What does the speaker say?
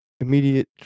immediate